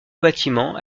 bâtiment